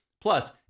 Plus